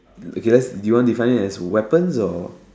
okay you want to define it as weapons or